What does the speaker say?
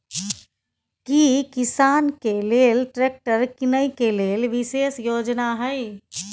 की किसान के लेल ट्रैक्टर कीनय के लेल विशेष योजना हय?